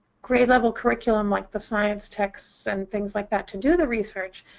grade-level curriculum like the science texts and things like that to do the research.